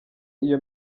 iyo